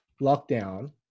lockdown